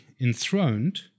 enthroned